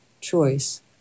choice